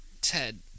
Ted